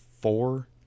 four